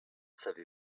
savez